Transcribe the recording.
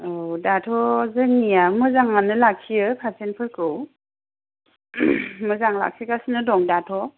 औ दाथ' जोंनिआ मोजां आनो लाखियो पारसेन्ट फोरखौ मोजां लाखिगासनो दं दाथ'